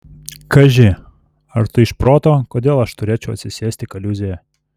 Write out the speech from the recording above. kaži ar tu iš proto kodėl aš turėčiau atsisėsti kaliūzėje